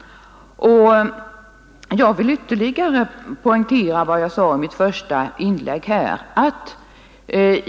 Jag vill ytterligare poängtera vad jag sade i mitt första inlägg.